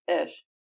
ish